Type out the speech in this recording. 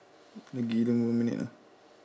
lagi lima minit ah